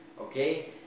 okay